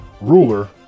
Ruler